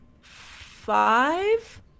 five